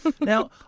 Now